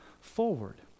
forward